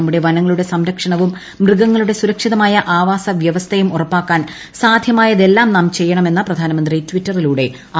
നമ്മുടെ വനങ്ങളുടെ സംരക്ഷണവും മൃഗങ്ങളുടെ സുരക്ഷിതമായ ആവാസ വൃവസ്ഥയും ഉറപ്പാക്കാൻ സാധ്യമായതെല്ലാം നാം ചെയ്യണമെന്ന് പ്രപ്രധാനമന്ത്രി ട്വിറ്ററിലൂടെ ആഹ്വാനം ചെയ്തു